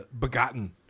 Begotten